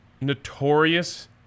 Notorious